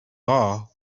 law